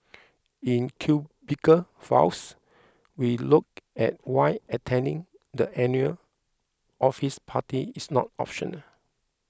in Cubicle Files we look at why attending the annual office party is not optional